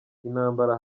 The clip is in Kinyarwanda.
intambara